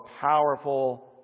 powerful